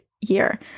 year